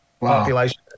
population